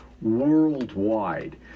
Worldwide